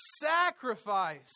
sacrifice